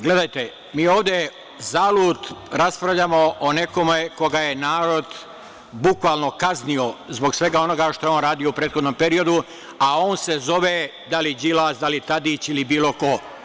Gledajte, mi ovde zalud raspravljamo o nekome koga je narod bukvalno kaznio zbog svega onoga što je on radio u prethodnom periodu, a on se zove da li Đilas, da li Tadić ili bilo ko.